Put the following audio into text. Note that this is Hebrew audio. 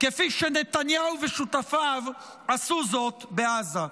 כפי שנתניהו ושותפיו עשו זאת בעזה.